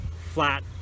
flat